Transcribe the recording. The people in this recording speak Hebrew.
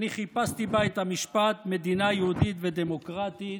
אני חיפשתי בה את המשפט "מדינה יהודית ודמוקרטית"